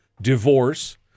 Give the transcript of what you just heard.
divorce